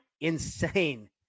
insane